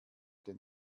den